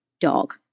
Dog